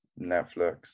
Netflix